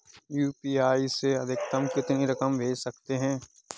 UPI से अधिकतम कितनी रकम भेज सकते हैं?